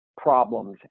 problems